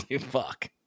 fuck